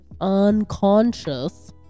Unconscious